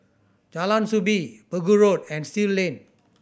Jalan Soo Bee Pegu Road and Still Lane